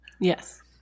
Yes